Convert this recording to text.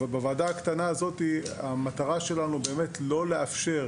ובוועדה הקטנה הזאתי המטרה שלנו באמת לא לאפשר